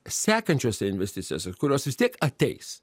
sekančiose investicijose kurios vis tiek ateis